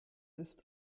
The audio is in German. ist